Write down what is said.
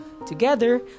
Together